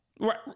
Right